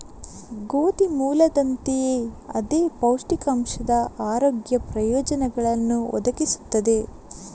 ಗೋಧಿ ಮೂಲದಂತೆಯೇ ಅದೇ ಪೌಷ್ಟಿಕಾಂಶದ ಆರೋಗ್ಯ ಪ್ರಯೋಜನಗಳನ್ನು ಒದಗಿಸುತ್ತದೆ